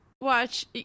watch